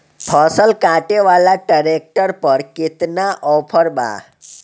फसल काटे वाला ट्रैक्टर पर केतना ऑफर बा?